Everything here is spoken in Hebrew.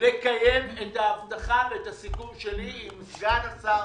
לקיים את ההבטחה ואת הסיכום שלי עם סגן השר